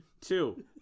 Two